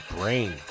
brain